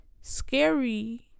scary